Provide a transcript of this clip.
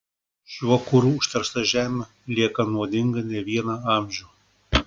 šiuo kuru užteršta žemė lieka nuodinga ne vieną amžių